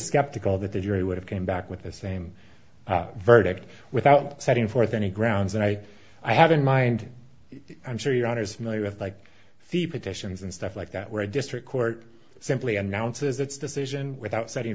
skeptical that the jury would have came back with the same verdict without setting forth any grounds and i i have in mind i'm sure your honour's familiar with like feed petitions and stuff like that where a district court simply announces its decision without setting